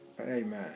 Amen